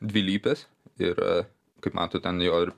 dvilypis ir kaip matot ten jo ir